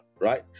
right